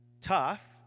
tough